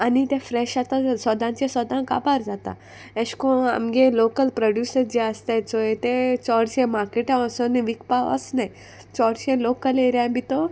आनी तें फ्रेश आतां सोदांचें सोदां काबार जाता एशेकोन्न आमगे लोकल प्रोड्युसर जे आसताय चोय ते चोडशे मार्केटां वोचोन विकपा वोचनाय चोडशे लोकल एरियां भितोर